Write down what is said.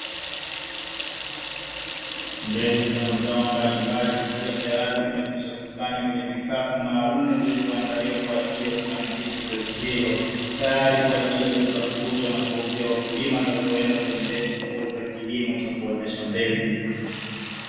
Mbegu za mazao mbalimbali zikiwa tayari zimekwisha kusanywa kwenye vikapu maalumu vilivyoandaliwa kwa ajili ya kufanikisha zoezi hilo, tayari kwa ajili ya kuweza kuuzwa na kuwauzia wakulima watakaoenda kuendesha shughuli za kilimo cha kuotesha mbegu.